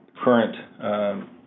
Current